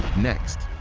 next,